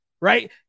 right